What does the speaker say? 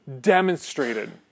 demonstrated